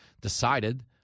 decided